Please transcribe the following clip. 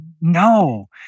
No